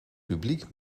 publiek